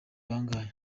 bangahe